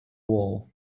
wall